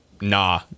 nah